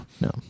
No